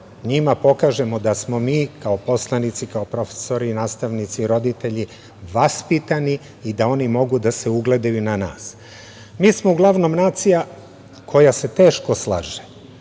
njima pokažemo da smo mi kao poslanici, kao profesori, nastavnici, roditelji vaspitani i da oni mogu da se ugledaju na nas. Mi smo uglavnom nacija koja se teško slaže.